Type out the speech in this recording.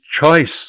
choice